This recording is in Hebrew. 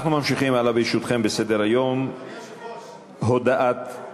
אדוני היושב-ראש, בעד גם.